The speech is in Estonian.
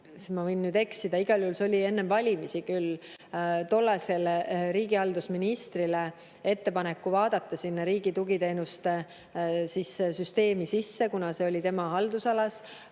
ma võin eksida, aga igal juhul see oli enne valimisi – tollasele riigihalduse ministrile ettepaneku vaadata riigi tugiteenuste süsteemi sisse, kuna see oli tema haldusalas.